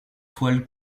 toile